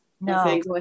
No